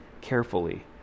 carefully